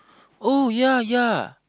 oh yea yea